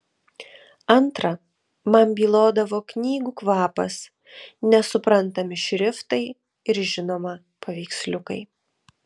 antra man bylodavo knygų kvapas nesuprantami šriftai ir žinoma paveiksliukai